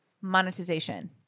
monetization